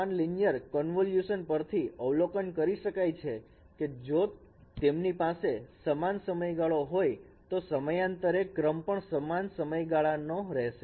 સમાન linear convolution પરથી અવલોકન કરી શકાય છે કે જો તેમની પાસે સમાન સમયગાળો હોય તો સમયાંતરે ક્રમ પણ સમાન સમયગાળા નો રહેશે